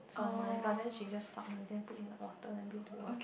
some money but then she just pluck in and then put in her water then bring to work